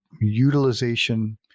utilization